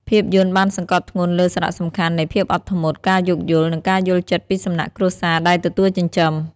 ភាពយន្តបានសង្កត់ធ្ងន់លើសារៈសំខាន់នៃភាពអត់ធ្មត់ ការយោគយល់ និងការយល់ចិត្តពីសំណាក់គ្រួសារដែលទទួលចិញ្ចឹម។